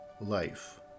Life